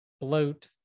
bloat